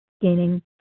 gaining